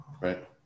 right